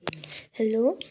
hello